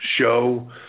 show